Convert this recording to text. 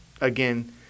again